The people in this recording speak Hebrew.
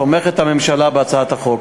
תומכת הממשלה בהצעת החוק.